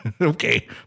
Okay